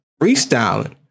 Freestyling